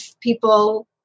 people